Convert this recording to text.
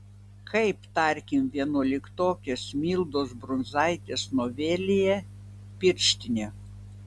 kaip tarkim vienuoliktokės mildos brunzaitės novelėje pirštinė